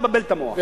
אל תבלבל את המוח.